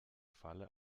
falle